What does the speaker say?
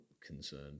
concerned